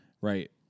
Right